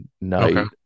night